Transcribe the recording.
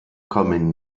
kommen